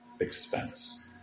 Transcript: expense